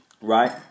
Right